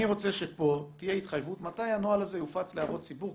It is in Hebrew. אני רוצה שפה תהיה התחייבות מתי הנוהל הזה יופץ להערות ציבור,